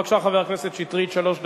בבקשה, חבר הכנסת שטרית, שלוש דקות,